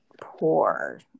poor